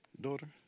Daughter